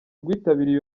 rwitabiriye